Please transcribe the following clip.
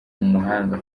umuhanga